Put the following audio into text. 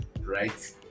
Right